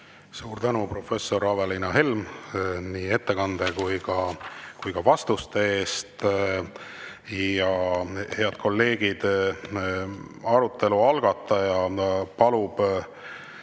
Suur tänu, professor Aveliina Helm, nii ettekande kui ka vastuste eest! Head kolleegid, arutelu algataja on